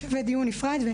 זה שווה דיון נפרד.